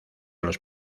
los